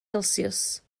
celsius